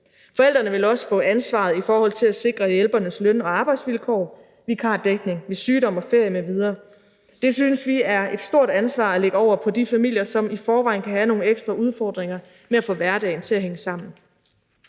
Forældrene vil også få ansvaret i forhold til at sikre hjælpernes løn- og arbejdsvilkår, vikardækning ved sygdom og ferie m.v. Det synes vi er et stort ansvar at lægge over på de familier, som i forvejen kan have nogle ekstra udfordringer med at få hverdagen til at hænge sammen.